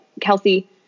Kelsey